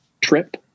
trip